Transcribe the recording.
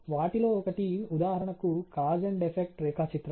వాటిలో ఒకటి ఉదాహరణకు కాజ్ అండ్ ఎఫెక్ట్ రేఖాచిత్రం